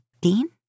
Dean